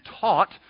taught